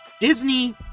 Disney